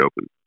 Open